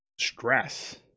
stress